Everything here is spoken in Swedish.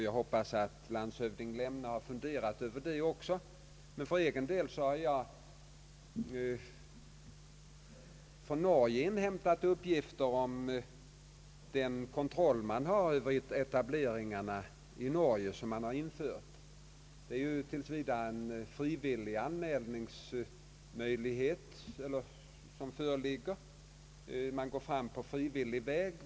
Jag har från Norge inhämtat uppgifter om den kontroll man där har över etableringar som har gjorts. I Norge tillämpas tills vidare en frivillig anmälningsmöjlighet i detta avseende. Man går fram på frivillig väg.